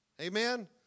Amen